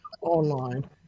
online